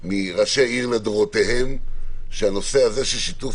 מראשי עיר לדורותיהם שהנושא של שיתוף